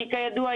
כי כידוע,